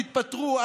תתפטרו.